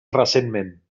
recentment